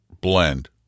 blend